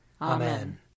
Amen